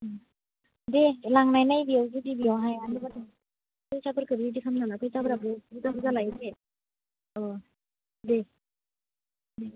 दे लांनाय नाय जुदिहाय बेवहाय फैसाफोरखो रेडि खालामना ला फैसाफोरा बुरजा बुरजा लायो दे अ दे दे